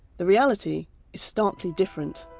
the reality is starkly different.